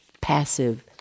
passive